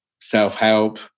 self-help